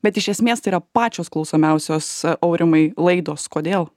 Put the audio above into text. bet iš esmės tai yra pačios klausomiausios aurimai laidos kodėl